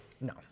No